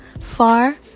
far